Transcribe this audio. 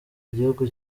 igihugu